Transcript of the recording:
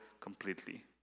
completely